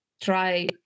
try